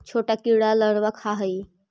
छोटा कीड़ा लारवा खाऽ हइ